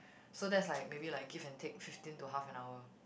so that's like maybe like give and take fifteen to half an hour